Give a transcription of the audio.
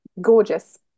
gorgeous